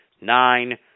nine